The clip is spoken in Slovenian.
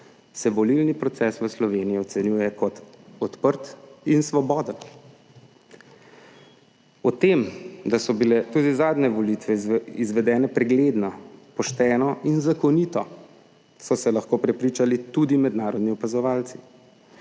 se volilni proces v Sloveniji ocenjuje kot odprt in svoboden. O tem, da so bile tudi zadnje volitve izvedene pregledno, pošteno in zakonito, so se lahko prepričali tudi mednarodni opazovalci.